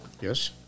Yes